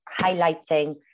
highlighting